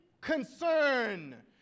concern